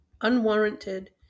unwarranted